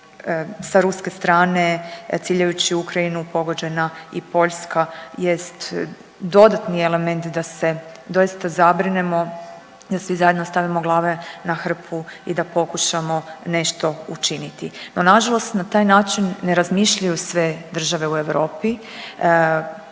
sa ruske strane ciljajući Ukrajinu pogođena i Poljska jest dodatni element da se doista zabrinemo, da svi zajedno stavimo glave na hrpu i da pokušamo nešto učiniti. No, nažalost na taj način ne razmišljaju sve države u Europi